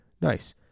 Nice